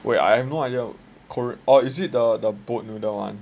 wait I have no idea korean or is it the boat noodle [one]